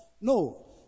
no